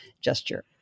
gesture